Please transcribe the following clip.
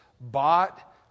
bought